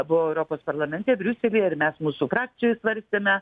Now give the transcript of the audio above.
europos parlamente briuselyje ir mes mūsų frakcijoj svarstėme